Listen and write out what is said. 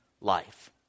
life